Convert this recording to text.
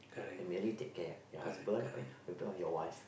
then married take care of your husband or maybe or your wife